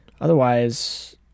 Otherwise